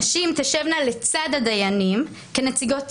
נשים תשבנה לצד הדיינים כנציגות ציבור,